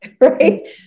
right